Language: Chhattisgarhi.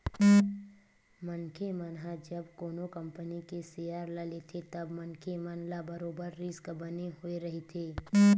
मनखे मन ह जब कोनो कंपनी के सेयर ल लेथे तब मनखे मन ल बरोबर रिस्क बने होय रहिथे